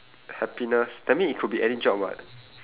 happiness that mean it could be any job [what]